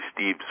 Steves